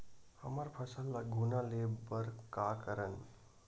हमर फसल ल घुना ले बर का करन?